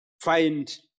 find